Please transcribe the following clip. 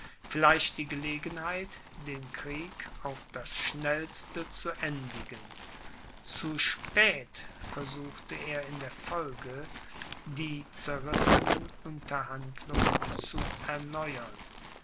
vielleicht die gelegenheit den krieg auf das schnellste zu endigen zu spät versuchte er in der folge die zerrissenen unterhandlungen zu erneuern